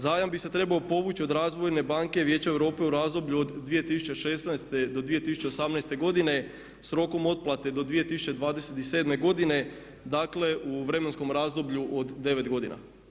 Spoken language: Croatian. Zajam bi se trebao povući od Razvojne banke Vijeća Europe u razdoblju od 2016. do 2018. godine s rokom otplate do 2027. godine, dakle u vremenskom razdoblju od 9 godina.